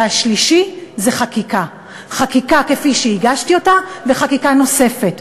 והשלישי זה חקיקה, חקיקה כפי שהגשתי וחקיקה נוספת.